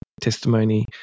testimony